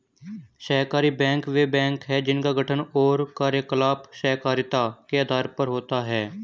सहकारी बैंक वे बैंक हैं जिनका गठन और कार्यकलाप सहकारिता के आधार पर होता है